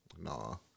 no